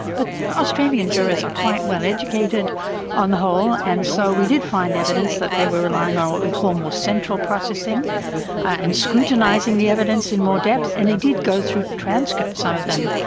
but australian jurors are quite well educated on the whole and so we did find evidence that they were relying on what we call more central processing and scrutinising the evidence in more depth, and they did go through transcripts, some of them,